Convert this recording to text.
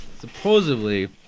Supposedly